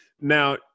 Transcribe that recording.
Now